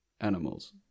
animals